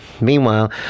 Meanwhile